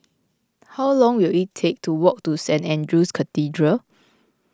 how long will it take to walk to Saint andrew's Cathedral